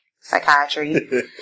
Psychiatry